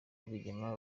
rwigema